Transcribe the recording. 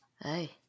Hey